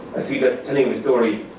i feel that telling the story,